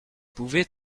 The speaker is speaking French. pouvez